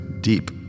deep